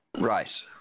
Right